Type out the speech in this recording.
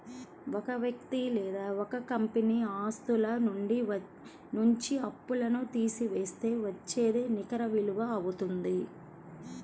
ఒక వ్యక్తి లేదా ఒక కంపెనీ ఆస్తుల నుంచి అప్పులను తీసివేస్తే వచ్చేదే నికర విలువ అవుతుంది